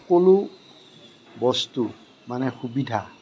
সকলো বস্তু মানে সুবিধা